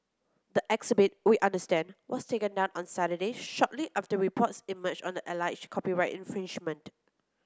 the exhibit we understand was taken down on Saturday shortly after reports emerged on the copyright infringement